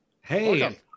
Hey